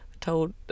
told